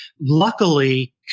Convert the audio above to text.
Luckily